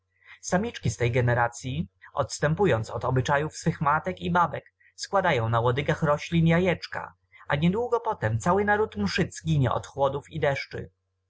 samiczki z tej generacyi odstępując od obyczajów swych matek i babek składają na łodygach roślin jajeczka a niedługo potem cały naród mszyc ginie od chłodów i deszczy